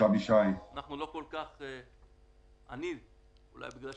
משהו שאני לא